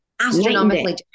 Astronomically